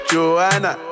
Joanna